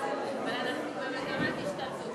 חברי הכנסת,